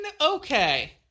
okay